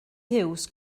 hughes